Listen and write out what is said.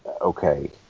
Okay